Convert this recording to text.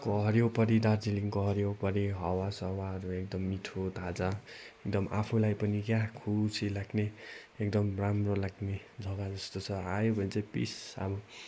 हरियो परी दार्जिलिङको हरियोपरियो हावासावाहरू एकदम मिठो ताजा एकदम आफूलाई पनि क्या खुसी लाग्ने एकदम राम्रो लाग्ने जग्गा जस्तो छ आयो भने चाहिँ पिस अब